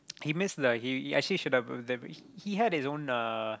he missed the he he actually should have the s~ he had his own uh